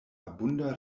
abunda